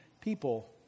people